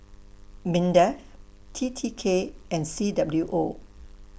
Mindef T T K and C W O